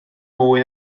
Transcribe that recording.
mwy